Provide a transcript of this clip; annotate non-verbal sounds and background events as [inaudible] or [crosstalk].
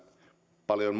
paljon [unintelligible]